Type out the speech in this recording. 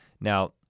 Now